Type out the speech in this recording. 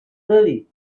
early